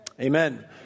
Amen